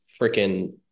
freaking